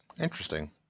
Interesting